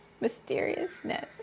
mysteriousness